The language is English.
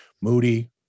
moody